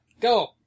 Go